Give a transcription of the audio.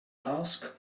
ask